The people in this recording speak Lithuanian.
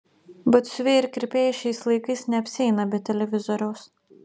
batsiuviai ir kirpėjai šiais laikais neapsieina be televizoriaus